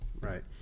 Right